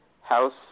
house